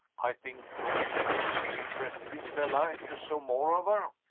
i think, romayne, you would feel interested in stella, if you saw more of her.